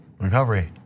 Recovery